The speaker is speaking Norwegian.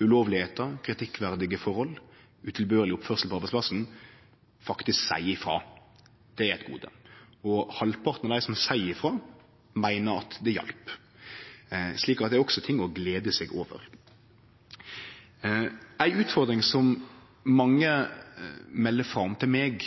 ulovlegheiter og kritikkverdige forhold, utilbørleg oppførsel på arbeidsplassen, faktisk seier ifrå. Det er eit gode. Og halvparten av dei som seier ifrå, meiner at det hjelpte. Så det er også ting å glede seg over. Noko som mange melder frå om til meg,